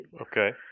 okay